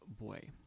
boy